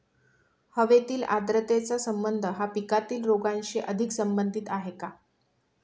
हवेतील आर्द्रतेचा संबंध हा पिकातील रोगांशी अधिक संबंधित आहे का?